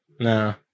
No